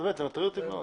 זה מאוד מטריד אותי.